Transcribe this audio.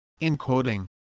encoding